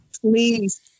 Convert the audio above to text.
Please